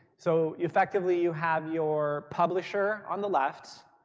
so effectively, you have your publisher on the left.